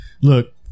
Look